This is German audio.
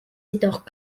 jedoch